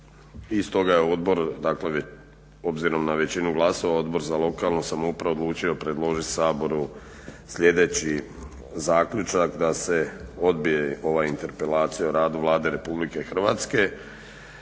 I stoga je odbor, dakle obzirom na većinu glasova Odbor za lokalnu samoupravu odlučio je predložiti Saboru sljedeći zaključak: da se odbije ova interpelacija o radu Vlade RH Ja ne